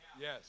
Yes